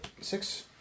six